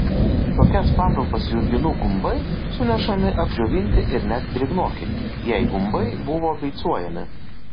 į tokias patalpas jurginų gumbai sunešami apdžiovinti ir net drėgnoki jei gumbai buvo beicuojami